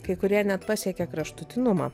kai kurie net pasiekia kraštutinumą